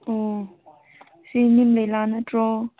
ꯑꯣ ꯆꯤꯟꯃꯤꯂꯥ ꯅꯠꯇ꯭ꯔꯣ